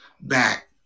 back